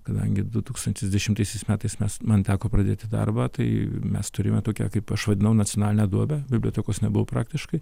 kadangi du tūkstantis dešimtaisiais metais mes man teko pradėti darbą tai mes turime tokią kaip aš vadinau nacionaline duobe bibliotekos nebuvo praktiškai